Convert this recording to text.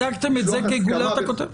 הצגתם את זה כגולת הכותרת.